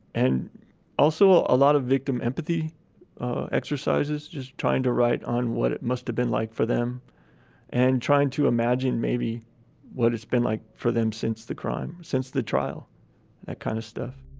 and also a lot of victim empathy exercises, just trying to write on what it must have been like for them and trying to imagine maybe what it's been like for them since the crime, since the trial, that ah kind of stuff